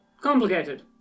Complicated